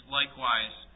likewise